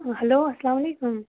hello اسلام علیکُم